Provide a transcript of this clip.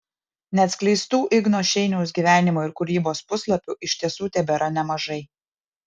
neatskleistų igno šeiniaus gyvenimo ir kūrybos puslapių iš tiesų tebėra nemažai